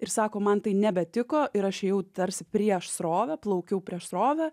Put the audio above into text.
ir sako man tai nebetiko ir aš ėjau tarsi prieš srovę plaukiau prieš srovę